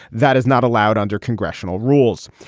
that is not allowed under congressional rules.